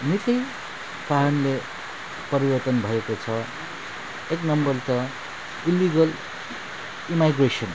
निकै कारणले परिवर्तन भएको छ एक नम्बर त इलिगल इमाइग्रेसन